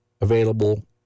available